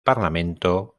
parlamento